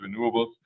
renewables